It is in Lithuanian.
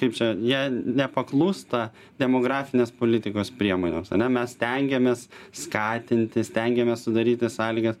kaip čia jie nepaklūsta demografinės politikos priemonėms ane mes stengiamės skatinti stengiamės sudaryti sąlygas